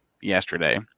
yesterday